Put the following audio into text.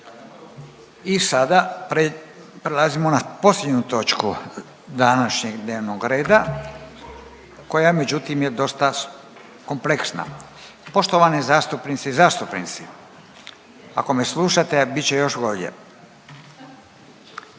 I sada prelazimo na posljednju točku današnjeg dnevnog reda koja međutim je dosta kompleksna. Poštovane zastupnice i zastupnici ako me slušate bit će još bolje,